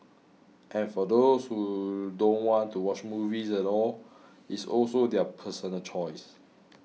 and for those who don't want to watch movies at all it's also their personal choice